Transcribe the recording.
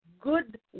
good